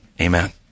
Amen